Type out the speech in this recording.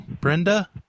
Brenda